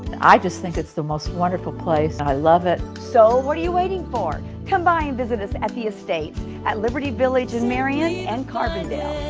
i just think it's the most wonderful place, and i love it. so, what are you waiting for? come by and visit us at the estates at liberty village in marion and carbondale.